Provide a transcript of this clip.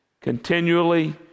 continually